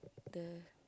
the